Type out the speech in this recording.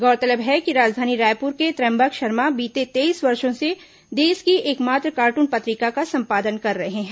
गौरतलब है कि राजधानी रायपुर के त्रयम्बक शर्मा बीते तेईस वर्षो से देश की एक मात्र कार्टून पत्रिका का संपादन कर रहे हैं